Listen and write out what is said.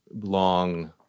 long